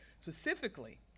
specifically